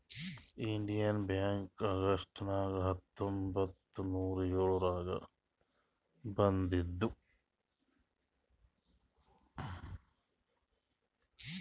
Indian bank August ನಾಗ್ ಹತ್ತೊಂಬತ್ತ್ ನೂರಾ ಎಳುರ್ನಾಗ್ ಬಂದುದ್